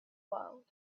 world